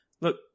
Look